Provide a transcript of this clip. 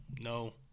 no